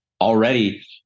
already